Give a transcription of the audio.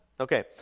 Okay